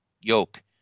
Yoke